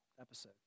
episode